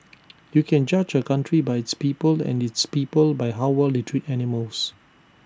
you can judge A country by its people and its people by how well they treat animals